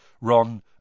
Ron